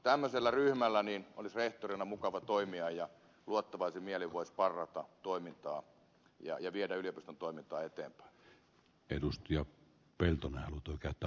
tämmöisellä ryhmällä olisi rehtorina mukava toimia ja luottavaisin mielin voisi saada toimintaansa sparrausta ja viedä yliopiston toimintaa eteenpäin